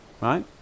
right